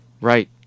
Right